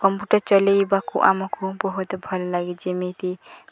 computer ଚଲାଇବାକୁ ଆମକୁ ବହୁତ ଭଲ ଲାଗେ ଯେମିତି